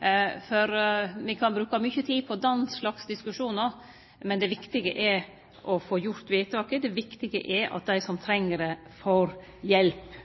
Me kan bruke mykje tid på den slags diskusjonar, men det viktige er å få gjort vedtaket – det viktige er at dei som treng det, får hjelp.